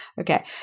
Okay